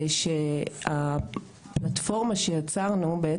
הפלטפורמה שיצרנו,